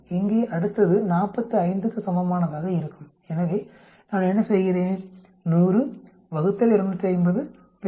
இங்கே அடுத்தது 45 க்கு சமமானதாக இருக்கும் எனவே நான் என்ன செய்கிறேன் 100 ÷ 250 90